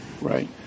Right